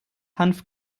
hanf